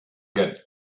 get